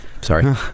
Sorry